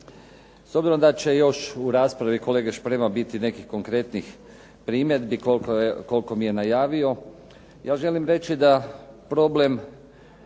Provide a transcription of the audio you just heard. S obzirom da će još u raspravi kolege Šprema biti nekih konkretnih primjedbi koliko mi je najavio, ja želim reći da problem